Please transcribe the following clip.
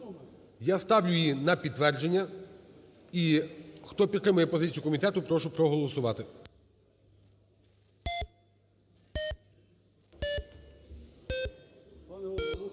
я ставлю її на підтвердження. І хто підтримує пропозицію комітету, прошу проголосувати.